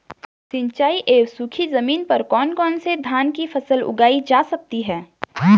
सिंचाई एवं सूखी जमीन पर कौन कौन से धान की फसल उगाई जा सकती है?